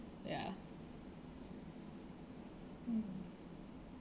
ya